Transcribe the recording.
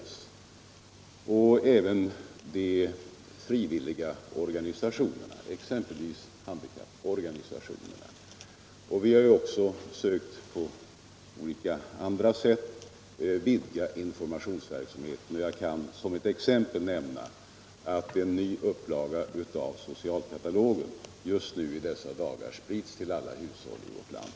Detta gäller även de frivilliga organisationerna, exempelvis handikapporganisationerna. Vi har ju också från samhällets sida sökt att på olika sätt vidga informationsverksamheten. Jag kan som ett exempel nämna att en ny upplaga av socialkatalogen just i dessa dagar börjar delas ut till alla hushåll i vårt land.